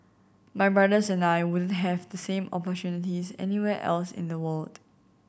my brothers and I wouldn't have the same opportunities anywhere else in the world